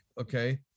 okay